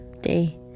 day